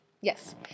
Yes